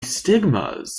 stigmas